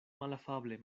malafable